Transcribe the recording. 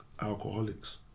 alcoholics